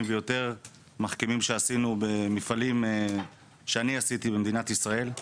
ויותר מחכימים שעשינו במפעלים שאני עשיתי במדינת ישראל.